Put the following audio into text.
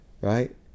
right